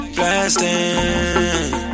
Blasting